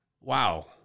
Wow